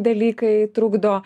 dalykai trukdo